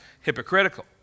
hypocritical